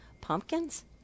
Pumpkins